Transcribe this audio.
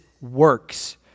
works